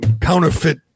counterfeit